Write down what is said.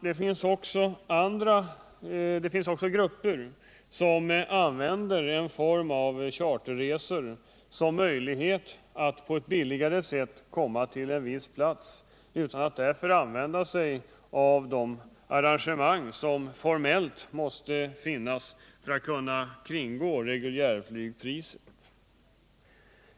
Herr talman! Det finns också grupper som använder en form av charterresor för att på ett billigt sätt komma till en viss plats utan att därför använda sig av de arrangemang som formellt måste finnas för att man skall kunna kringgå reguljärflygpriserna.